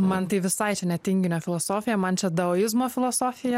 man tai visai čia ne tinginio filosofija man čia daoizmo filosofija